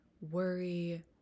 worry